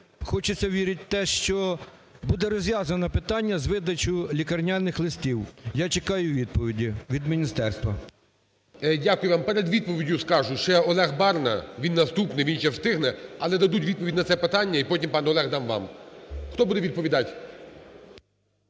хочеться вірити у те, що буде розв'язане питання з видачі лікарняних листів. Я чекаю відповіді від міністерства. ГОЛОВУЮЧИЙ. Дякую. Перед відповіддю скажу: ще Олег Барна, він наступний, він ще встигне, але дадуть відповідь на це питання і потім пан Олег дам вам. Хто буде відповідати?